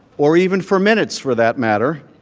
or even for minutes for that matter.